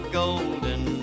golden